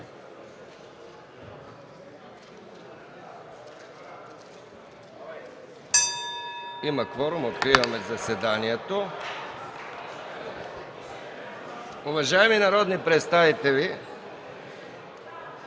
Има кворум. Откривам заседанието. Уважаеми народни представители,